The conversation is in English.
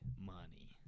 money